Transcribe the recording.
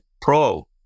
pro